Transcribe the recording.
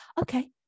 okay